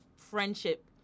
friendship